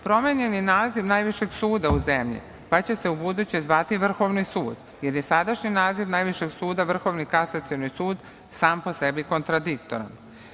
Promenjen je i naziv najvišeg suda u zemlji, pa će se ubuduće zvati Vrhovni sud, jer je sadašnji naziv najvišeg suda, Vrhovni kasacioni sud, sam po sebi kontradiktoran.